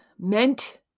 Meant